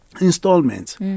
Installments